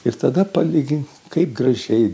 ir tada palygint kaip gražiai